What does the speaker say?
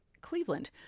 Cleveland